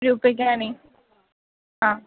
रूप्यकाणि हा